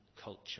culture